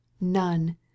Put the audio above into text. None